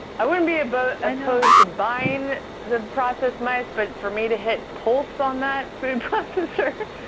i wouldn't be but opposed to buying the processed mice, but for me to hit pulse on that food processor